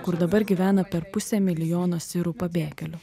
kur dabar gyvena per pusę milijono sirų pabėgėlių